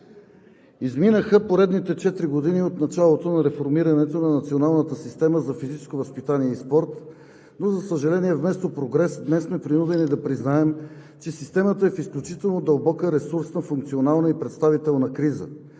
Изминаха поредните четири години от началото на реформирането на Националната система за физическо възпитание и спорт, но за съжаление, вместо прогрес, днес сме принудени да признаем, че системата е в изключително дълбока ресурсна, функционална и представителна криза.